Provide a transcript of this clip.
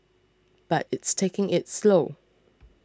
but it's taking it slow